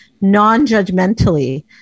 non-judgmentally